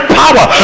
power